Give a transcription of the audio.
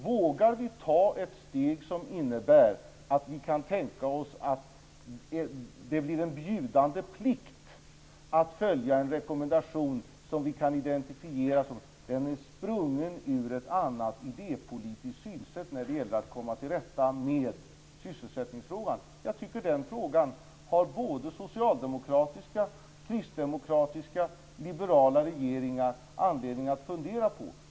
Vågar vi ta ett steg som innebär att vi kan tänka oss att det blir en bjudande plikt att följa en rekommendation som vi kan identifiera som sprungen ur ett annat idépolitiskt synsätt när det gäller att komma till rätta med sysselsättningsfrågan? Den frågan har socialdemokratiska, kristdemokratiska och liberala regeringar anledning att fundera på.